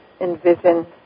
envision